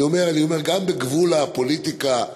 אני אומר: גם בגבול הפוליטיקה,